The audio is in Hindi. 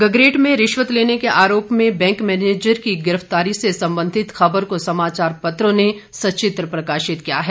गगरेट में रिश्वत लेने के आरोप में बैंक मैनेजर की गिरफतारी से संबंधित खबर को समाचार पत्रों ने सचित्र प्रकाशित किया है